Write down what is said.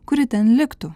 kuri ten liktų